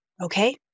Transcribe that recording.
Okay